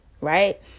Right